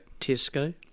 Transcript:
Tesco